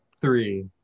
three